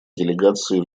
делегации